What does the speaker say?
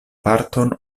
parton